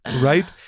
right